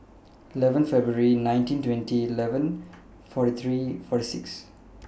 eleven February nineteen twenty eleven forty three forty six